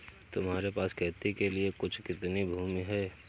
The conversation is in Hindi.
तुम्हारे पास खेती के लिए कुल कितनी भूमि है?